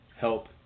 help